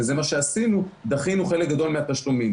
וזה מה שעשינו דחינו חלק גדול מהתשלומים.